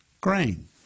grain